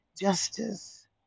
justice